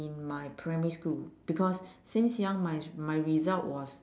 in my primary school because since young my my result was